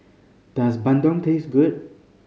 does bandung taste good